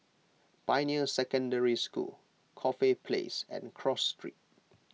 Pioneer Secondary School Corfe Place and Cross Street